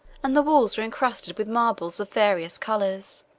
and the walls were incrusted with marbles of various colors.